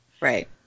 Right